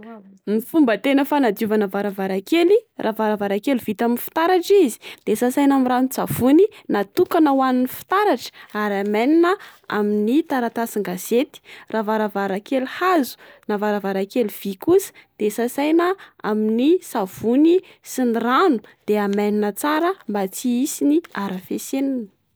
Ny fomba tena fanadiovana varavaran-kely: raha varavaran-kely vita amin'ny fitaratra izy, de sasaina amin'ny ranon-tsavony natokana ho an'ny fitaratra. Ary amainina amin'ny taratasin-gazety. Raha varavaran-kely hazo na varavaran-kely vy kosa de sasaina amin'ny savony sy ny rano. De amainina tsara mba tsy hisy ny arafesenina.